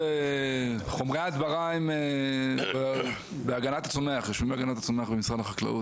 חומרי הדברה הם בהגנת הצומח במשרד החקלאות,